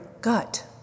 gut